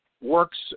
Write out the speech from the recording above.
works